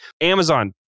Amazon